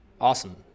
Awesome